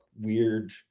weird